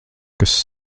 kas